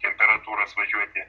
temperatūras važiuoti